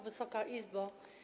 Wysoka Izbo!